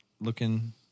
looking